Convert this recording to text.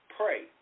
Pray